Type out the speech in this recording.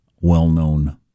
well-known